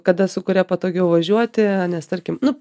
kada su kuria patogiau važiuoti nes tarkim nu